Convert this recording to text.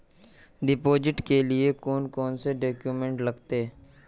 Deposit के लिए कौन कौन से डॉक्यूमेंट लगते?